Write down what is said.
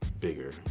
bigger